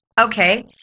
okay